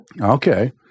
okay